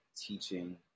teaching